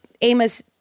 Amos